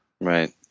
Right